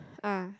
ah